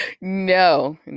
No